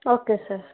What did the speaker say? okay sir